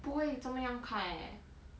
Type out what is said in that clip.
不会这么样看 eh